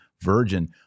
virgin